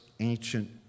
Ancient